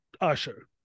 Usher